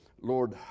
Lord